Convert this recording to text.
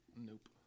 Nope